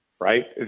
right